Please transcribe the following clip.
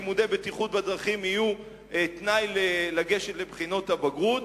שלימודי בטיחות בדרכים יהיו תנאי לגשת לבחינות הבגרות.